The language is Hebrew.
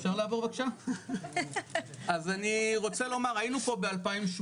אז אני רוצה לומר, היינו פה ב-2018,